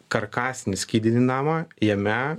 karkasinį skydinį namą jame